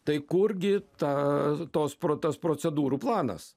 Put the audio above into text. tai kurgi ta tos pro tas procedūrų planas